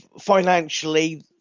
financially